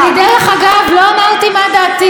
אני, דרך אגב, לא אמרתי מה דעתי.